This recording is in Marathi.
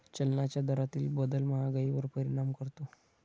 चलनाच्या दरातील बदल महागाईवर परिणाम करतो